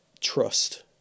trust